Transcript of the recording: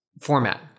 format